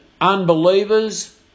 unbelievers